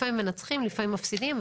לפעמים מנצחים, לפעמים מפסידים.